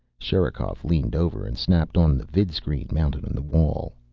sherikov leaned over and snapped on the vidscreen mounted in the wall.